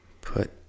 Put